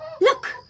Look